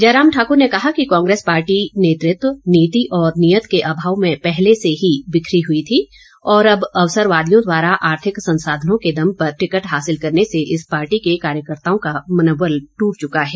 जयराम ठाकुर ने कहा कि कांग्रेस पार्टी नेतृत्व नीति और नीयत के अभाव में पहले से ही बिखरी हुई थी और अब अवसरवादियों द्वारा आर्थिक संसाधनों के दम पर टिकट हासिल करने से इस पार्टी के कार्यकर्ताओं का मनोबल टूट चुका है